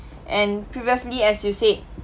and previously as you said